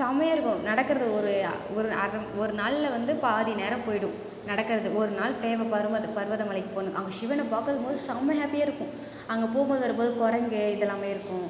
சம்மையாக இருக்கும் நடக்கிறது ஒரு ஒரு அரை ஒரு நாளில் வந்து பாதி நேரம் போயிடும் நடக்கிறது ஒரு நாள் தேவை பருவத பருவத மலைக்கு போகணும் அங்கே சிவனை பார்க்கும் போது சம்ம ஹாப்பியாக இருக்கும் அங்க போகும் போது வரும் போது குரங்கு இதெல்லாமே இருக்கும்